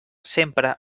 sempre